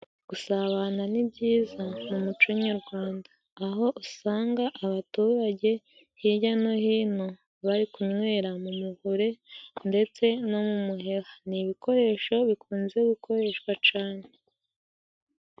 Gusabana ni byiza mu muco nyarwanda, aho usanga abaturage hirya no hino, bari kunywera m'umuvure ndetse no mu muheha, ni ibikoresho bikunze gukoreshwa cane.